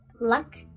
luck